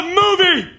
movie